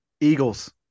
Eagles